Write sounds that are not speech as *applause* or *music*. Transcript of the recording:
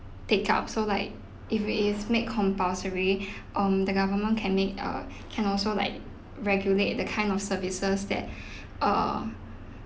take up so like if it is made compulsory *breath* um the government can make uh can also like regulate the kind of services that *breath* uh